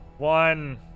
One